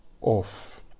off